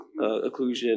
occlusion